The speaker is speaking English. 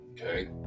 okay